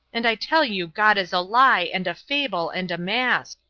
and i tell you god is a lie and a fable and a mask.